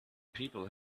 people